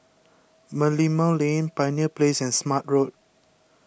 Merlimau Lane Pioneer Place and Smart Road